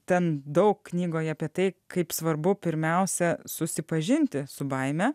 ten daug knygoje apie tai kaip svarbu pirmiausia susipažinti su baime